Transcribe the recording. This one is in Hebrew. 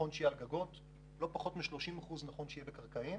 בגגות ולא פחות מ-30% בקרקע.